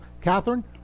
Catherine